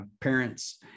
parents